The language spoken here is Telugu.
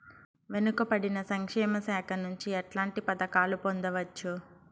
వెనుక పడిన సంక్షేమ శాఖ నుంచి ఎట్లాంటి పథకాలు పొందవచ్చు?